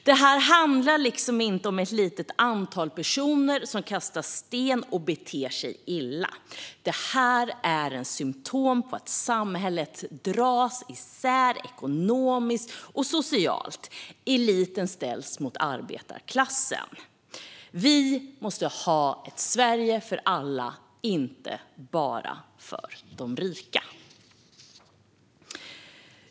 Det här handlar inte om ett litet antal personer som kastar sten och beter sig illa. Det är ett symtom på ett samhälle som dras isär ekonomiskt och socialt, där eliten ställs mot arbetarklassen. Vi måste ha ett Sverige för alla, inte bara för de rika.